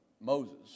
Moses